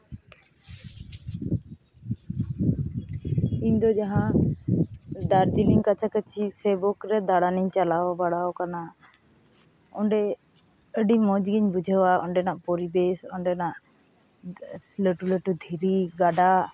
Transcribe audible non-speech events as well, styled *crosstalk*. ᱤᱧ ᱫᱚ ᱡᱟᱦᱟᱸ ᱫᱟᱨᱡᱤᱞᱤᱝ ᱠᱟᱪᱷᱟᱼᱠᱟᱹᱪᱷᱤ *unintelligible* ᱨᱮ ᱫᱟᱬᱟᱱᱤᱧ ᱪᱟᱞᱟᱣ ᱵᱟᱲᱟᱣ ᱠᱟᱱᱟ ᱚᱸᱰᱮ ᱟᱹᱰᱤ ᱢᱚᱡᱽ ᱜᱤᱧ ᱵᱩᱡᱷᱟᱹᱣᱟ ᱚᱸᱰᱮᱱᱟᱜ ᱯᱚᱨᱤᱵᱮᱥ ᱚᱸᱰᱮᱱᱟᱜ ᱞᱟᱹᱴᱩ ᱞᱟᱹᱴᱩ ᱫᱷᱤᱨᱤ ᱜᱟᱰᱟ